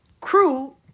crew